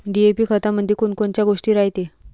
DAP खतामंदी कोनकोनच्या गोष्टी रायते?